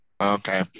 Okay